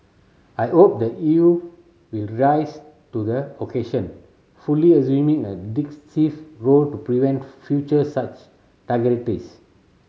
I hope the E U will rise to the occasion fully assuming a role to prevent future such